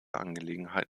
angelegenheit